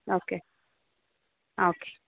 okay okay